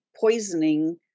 poisoning